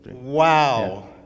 Wow